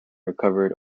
recovered